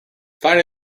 finally